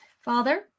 Father